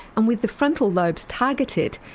and with the frontal lobes targeted,